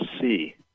see